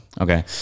Okay